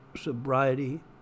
sobriety